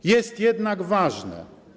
Co jest jednak ważne?